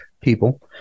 people